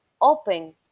open